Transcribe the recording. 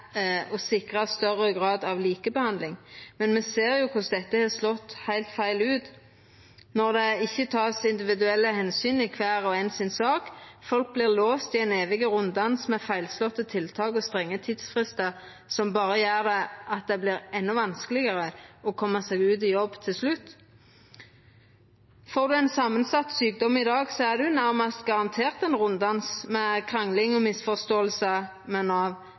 sikra større grad av likebehandling. Men me ser jo korleis dette har slått heilt feil ut når det ikkje vert teke individuelle omsyn i saka til kvar og ein. Folk vert låste i ein evig runddans med feilslåtte tiltak og strenge tidsfristar som berre gjer at det vert endå vanskelegare å koma seg ut i jobb til slutt. Får ein ein samansett sjukdom i dag, er ein nærmast garantert ein runddans med krangling og misforståingar hos Nav,